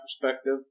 perspective